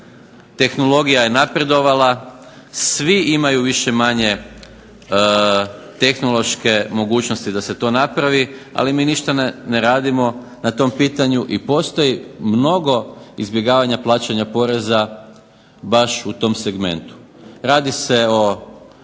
tehnologija je napredovala. Svi imaju više manje tehnološke mogućnosti da se to napravi. Ali mi ništa ne radimo na tom pitanju i postoji mnogo izbjegavanja plaćanja poreza baš u tom segmentu. Radi se o